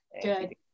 Good